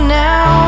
now